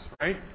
right